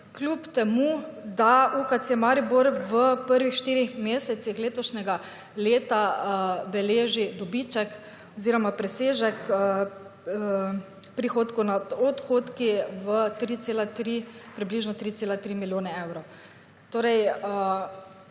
kljub temu, da UKC Maribor v prvih štirih mesecih letošnjega leta beleži dobiček oziroma presežek prihodkov nad odhodki v približno 3,3 milijone evrov. Torej